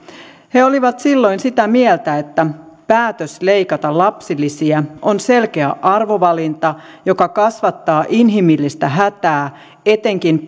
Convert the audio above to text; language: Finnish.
he olivat silloin sitä mieltä että päätös leikata lapsilisiä on selkeä arvovalinta joka kasvattaa inhimillistä hätää etenkin